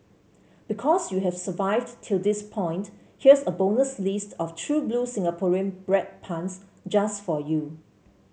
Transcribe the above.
because you've survived till this point here's a bonus list of true blue Singaporean bread puns just for you